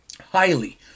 highly